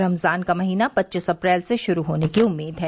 रमजान का महीना पच्चीस अप्रैल से शुरू होने की उम्मीद है